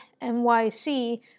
NYC